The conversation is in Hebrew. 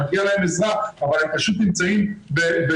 מגיעה להם עזרה אבל הם פשוט נמצאים בייאוש.